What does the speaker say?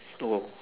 oh